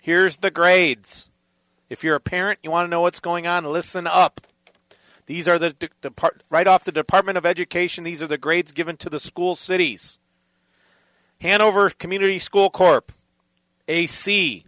here's the grades if you're a parent you want to know what's going on listen up these are the the part right off the department of education these are the grades given to the school cities hanover community school corp a c